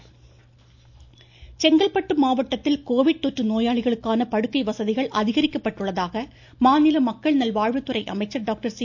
விஜயபாஸ்கர் செங்கல்பட்டு மாவட்டத்தில் கோவிட் தொற்று நோயாளிகளுக்கான படுக்கை வசதிகள் அதிகரிக்கப்பட்டுள்ளதாக மாநில சுகாதாரத்துறை அமைச்சர் டாக்டர் சி